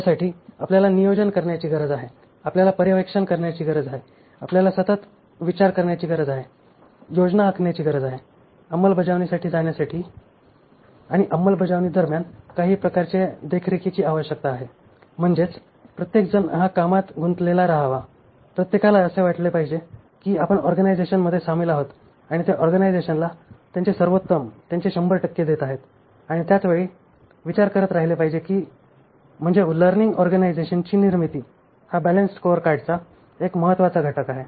त्यासाठी आपल्याला नियोजन करण्याची गरज आहे आपल्याला पर्यवेक्षण करण्याची गरज आहे आपल्याला सतत विचार करण्याची गरज आहे योजना आखण्याची गरज आहे अंमलबजावणीसाठी जाण्यासाठी आणि अंमलबजावणी दरम्यान काही प्रकारचे देखरेखीची आवश्यकता आहे म्हणजेच प्रत्येकजण हा कामात गुंतलेला रहावा प्रत्येकाला असे वाटले पाहिजे कि आपण ऑर्गनायझेशनमध्ये सामील आहोत आणि ते ऑर्गनायझेशनला त्यांचे सर्वोत्तम त्यांचे शंभर टक्के देत आहेत आणि त्याच वेळी विचार करत राहिले पाहिजे की म्हणजे लर्निंग ऑर्गनायझेशनची निर्मिती हा बॅलन्सड स्कोअरकार्डचा एक महत्त्वाचा घटक आहे